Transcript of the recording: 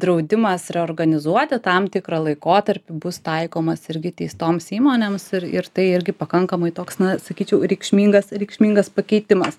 draudimas reorganizuoti tam tikrą laikotarpį bus taikomas irgi teistoms įmonėms ir ir tai irgi pakankamai toks na sakyčiau reikšmingas reikšmingas pakeitimas